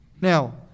Now